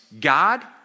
God